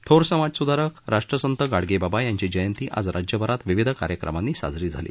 थोर समाजसुधारक राष्ट्रसंत गाडगे बाबा यांची जयंती आज राज्यभरात विविध कार्यक्रमांनी साजरी झाली